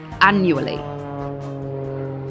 annually